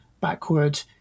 backward